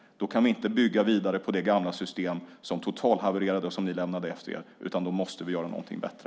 Då kan vi inte bygga vidare på det gamla system som totalhavererade och som ni lämnade efter er, utan då måste vi göra någonting bättre.